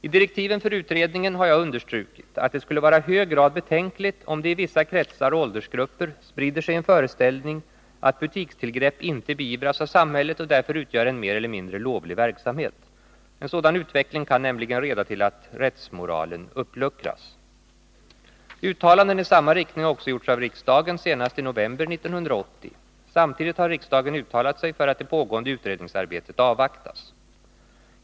I direktiven för utredningen har jag understrukit att det skulle vara i hög grad betänkligt om det i vissa kretsar och åldersgrupper sprider sig en föreställning, att butikstillgrepp inte beivras av samhället och därför utgör en mer eller mindre lovlig verksamhet. En sådan utveckling kan nämligen leda till att rättsmoralen uppluckras. Uttalanden i samma riktning har också gjorts av riksdagen, senast i november 1980 . Samtidigt har riksdagen uttalat sig för att det pågående utredningsarbetet avvaktas.